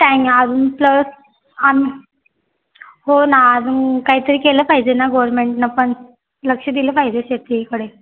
काही नाही अजून तर आम होना अजून काहीतरी केलं पाहिजे ना गव्हर्नमेंटनं पण लक्ष दिलं पाहिजे शेतीकडे